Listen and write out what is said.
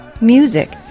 Music